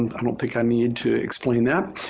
um i don't think i need to explain that.